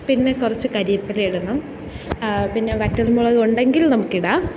പിന്നെ കുറച്ച് കറിവേപ്പില ഇടണം പിന്നെ വറ്റൽമുളക് ഉണ്ടെങ്കിൽ നമുക്കിടാം